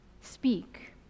Speak